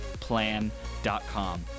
Plan.com